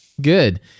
Good